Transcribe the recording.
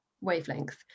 wavelength